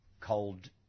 cold